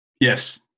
Yes